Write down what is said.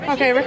Okay